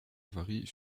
varient